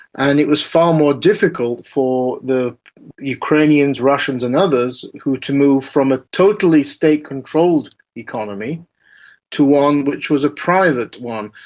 and it was far more difficult for the ukrainians, russians and others who were to move from a totally state controlled economy to one which was a private one.